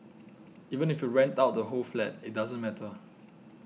even if you rent out the whole flat it doesn't matter